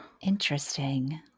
Interesting